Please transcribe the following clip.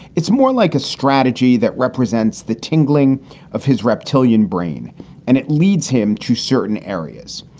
it's more like a strategy that represents the tingling of his reptilian brain and it leads him to certain areas.